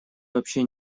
вообще